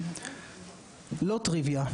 לא טריוויה,